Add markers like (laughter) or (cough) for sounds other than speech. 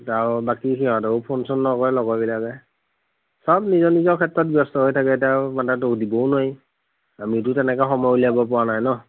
(unintelligible) বাকী সিহঁতেও ফোন চোন নকৰে লগৰবিলাকে চব নিজৰ নিজৰ ক্ষেত্ৰত ব্যস্ত হৈ থাকে এতিয়া আৰু মানে দোষ দিবও নোৱাৰি আমিতো তেনেকে সময় উলিয়াব পৰা নাই ন